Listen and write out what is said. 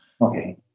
Okay